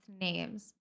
names